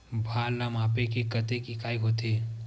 भार ला मापे के कतेक इकाई होथे?